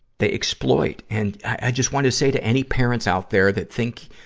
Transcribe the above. they exploit. and, i, i just want to say to any parents out there that think,